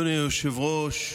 אדוני היושב-ראש,